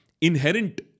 inherent